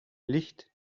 licht